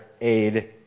aid